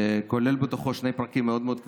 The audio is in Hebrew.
שכולל בתוכו שני פרקים מאוד מאוד כבדים.